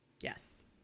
Yes